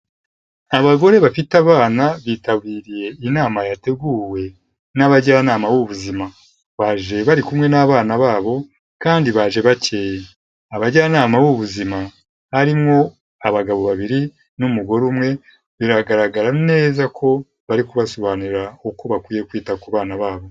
Abagore bafite abana bitabiriye inama yateguwe n'abajyanama b'ubuzima, baje bari kumwe n'abana babo kandi baje bakeye. Abajyanama b'ubuzima harimwo abagabo babiri n'umugore umwe, biragaragara neza ko bari kubasobanurira uko bakwiye kwita ku bana babo.